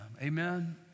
amen